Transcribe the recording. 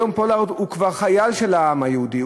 היום פולארד הוא כבר חייל של העם היהודי,